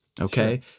Okay